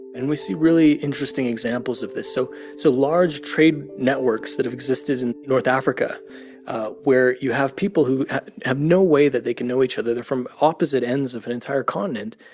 and we see really interesting examples of this so so large trade networks that have existed in north africa where you have people who have no way that they can know each other. they're from opposite ends of an entire continent.